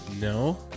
No